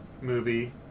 movie